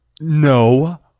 No